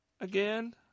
Again